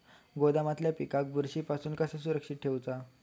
गोदामातल्या पिकाक बुरशी पासून कसा सुरक्षित ठेऊचा?